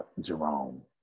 Jerome